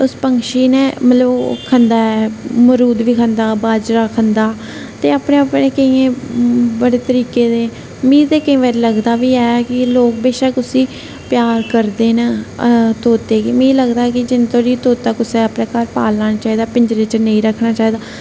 उस पक्षी ने मतलब ओह् खंदा ऐ अमरुद बी खंदा ऐ बाजरा खंदा ते अपने अपने केइयें बडे़ तरीके दे मी ते केईं बारी लगदा बी ऐ कि लोक बेशक उसी प्यार करदे ना तोते गी मिगी लगदा कि जिन्ने धोड़ी तोता कुसै अपने घार पालना नेईं चाहिदा पिंजरे च नेईं रक्खना चाहिदा तोता